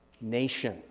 Nation